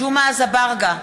ג'מעה אזברגה,